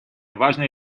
важной